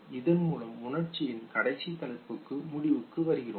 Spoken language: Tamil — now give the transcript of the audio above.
இதன் மூலம் உணர்ச்சியின் கடைசி தலைப்புக்கு முடிவுக்கு வருகிறோம்